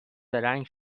زرنگ